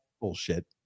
Bullshit